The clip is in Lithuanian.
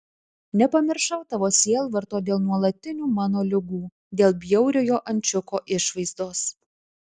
nepamiršau tavo sielvarto dėl nuolatinių mano ligų dėl bjauriojo ančiuko išvaizdos